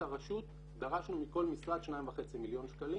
הרשות דרשנו מכל משרד 2.5 מיליון שקלים,